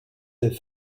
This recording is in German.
der